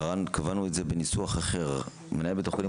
קבענו את זה בניסוח אחר: מנהל בית החולים